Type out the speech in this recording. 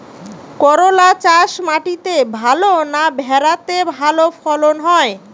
করলা চাষ মাটিতে ভালো না ভেরাতে ভালো ফলন হয়?